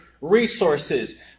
resources